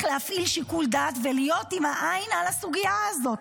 להפעיל שיקול דעת ולהיות עם העין על הסוגיה הזאת.